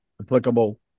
applicable